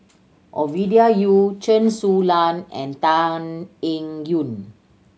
Ovidia Yu Chen Su Lan and Tan Eng Yoon